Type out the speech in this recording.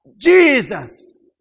Jesus